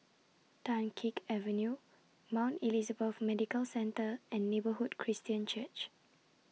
Dunkirk Avenue Mount Elizabeth Medical Centre and Neighbourhood Christian Church